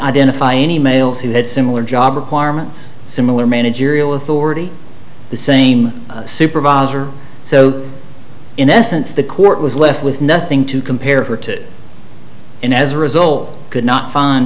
identify any males who had similar job requirements similar managerial authority the same supervisor so in essence the court was left with nothing to compare her to and as a result could not find